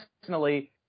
personally